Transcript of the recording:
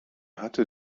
hatte